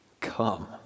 Come